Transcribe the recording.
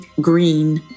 green